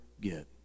get